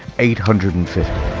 eight hundred and fifty.